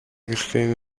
gestehen